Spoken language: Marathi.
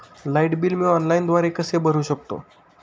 लाईट बिल मी ऑनलाईनद्वारे कसे भरु शकतो?